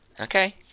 Okay